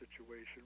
situation